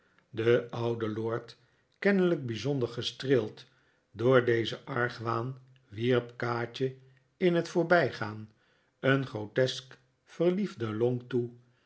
de oude lord kennelijk bijzonder gestreeld door dezen argwaan wierp kaatje in het voorbijgaan een grotesk verliefden lonk toe